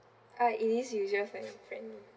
ah it is user friend friendly